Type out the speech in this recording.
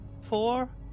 four